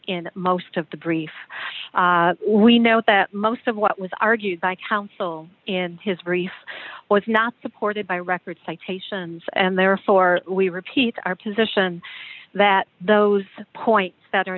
in most of the brief we know that most of what was argued by counsel in his brief was not supported by record citations and therefore we repeat our position that those points that are